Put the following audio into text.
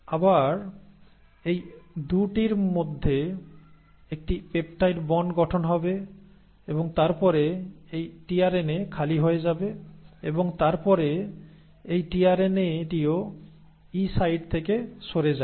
আবার এই 2 এর মধ্যে একটি পেপটাইড বন্ড গঠন হবে এবং তারপরে এই টিআরএনএ খালি হয়ে যাবে এবং তারপরে এই টিআরএনএ টিও ই সাইট থেকে সরে যায়